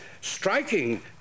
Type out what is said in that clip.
striking